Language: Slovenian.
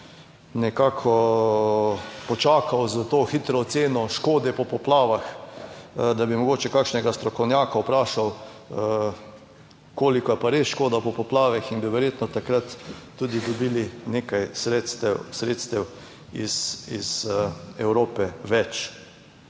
nekako počakal s to hitro oceno škode po poplavah, da bi mogoče kakšnega strokovnjaka vprašal koliko je pa res škoda po poplavah in bi verjetno takrat tudi dobili nekaj sredstev iz Evrope več.